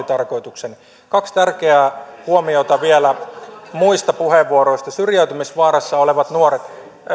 tarkoitukseni kaksi tärkeää huomiota vielä muista puheenvuoroista syrjäytymisvaarassa olevat nuoret